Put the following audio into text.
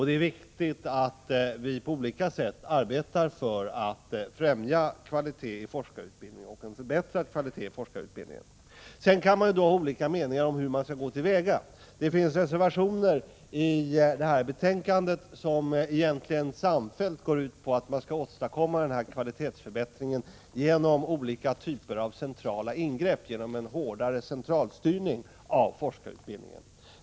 Det är viktigt att vi på olika — Nr 160 sätt arbetar för att främja en förbättrad kvalitet när det gäller forskarutbild Man kan ha olika meningar om hur man skall gå till väga. Det har fogats reservationer till detta betänkande som egentligen samfällt går ut på att man Vissa för forskning skall åstadkomma denna kvalitetsförbättring genom olika typer av centrala och forskaringrepp — genom en hårdare centralstyrning av forskarutbildningen.